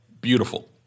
Beautiful